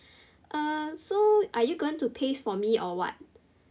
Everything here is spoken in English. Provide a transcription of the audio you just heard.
err so are you going to paste for me or what